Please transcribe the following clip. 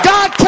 God